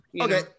Okay